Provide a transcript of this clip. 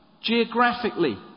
geographically